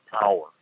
power